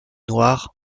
noir